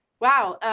wow.